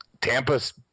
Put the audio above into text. Tampa's